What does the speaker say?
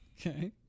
Okay